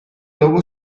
logo